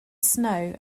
snow